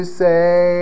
say